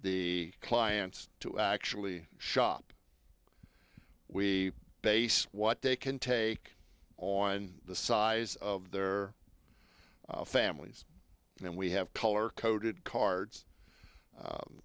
the clients to actually shop we base what they can take on the size of their families and we have color coded cards